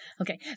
Okay